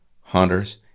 hunters